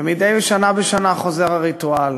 ומדי שנה בשנה חוזר הריטואל: